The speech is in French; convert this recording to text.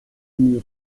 mur